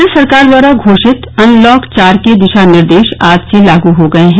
केन्द्र सरकार द्वारा घोषित अनलॉक चार के दिशा निर्देश आज से लागू हो गए हैं